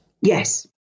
Yes